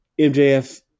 MJF